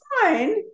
fine